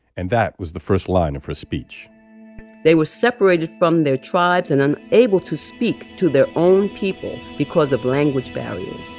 and that was the first line of her speech they were separated from their tribes and and unable to speak to their own people because of language barriers.